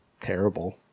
terrible